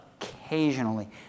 occasionally